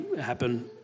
happen